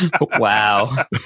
wow